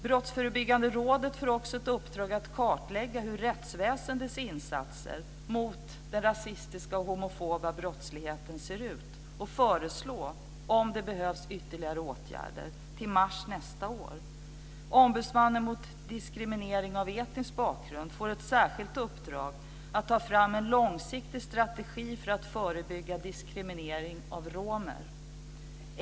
Brottsförebyggande rådet får ett uppdrag att kartlägga hur rättsväsendets insatser mot den rasistiska och homofoba brottsligheten ser ut och att, om så behövs, till mars nästa år föreslå ytterligare åtgärder. Ombudsmannen mot diskriminering med etnisk bakgrund får ett särskilt uppdrag att ta fram en långsiktig strategi för att förebygga diskriminering av romer.